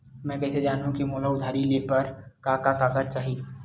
मैं कइसे जानहुँ कि मोला उधारी ले बर का का कागज चाही?